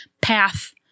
path